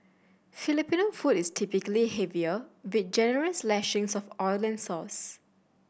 Filipino food is typically heavier with generous lashings of oil and sauce